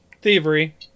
Thievery